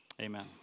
Amen